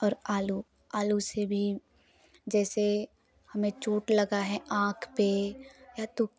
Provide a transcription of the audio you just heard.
और आलू आलू से भी जैसे हमें चोट लगी है आँख पर या तो